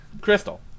crystal